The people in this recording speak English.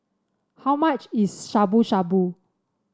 how much is Shabu Shabu